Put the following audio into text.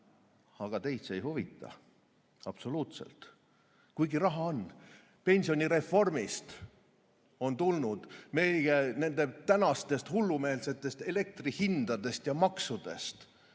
Aga teid see ei huvita, absoluutselt. Kuigi raha on. Pensionireformist on tulnud, meie tänastest hullumeelsetest elektri hindadest ja maksudest.